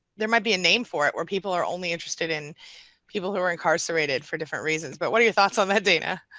there might be a name for it, where people are only interested in people who are incarcerated for different reasons, but what are your thoughts on that dana.